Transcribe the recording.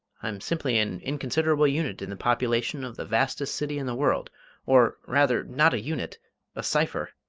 i'm simply an inconsiderable unit in the population of the vastest city in the world or, rather, not a unit a cipher.